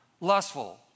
Lustful